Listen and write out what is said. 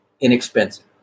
inexpensive